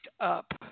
up